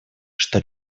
что